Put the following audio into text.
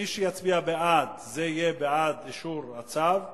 מי שיצביע בעד, זה יהיה בעד אישור הצו.